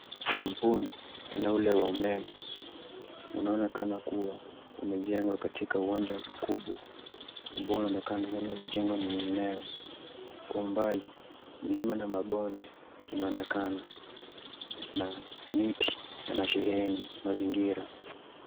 Kampuni aina ya ule wa umeme unaonekana kuwa umejengwa katika uwanja mkubwa ambao unaonekana hauna mijengo mingineyo. Kwa umbali milima na mabonde inaonekana na miti yanasheheni mazingira.